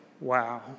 wow